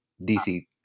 DC